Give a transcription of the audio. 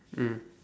mm